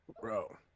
bro